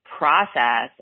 Process